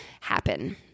happen